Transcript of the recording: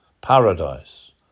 paradise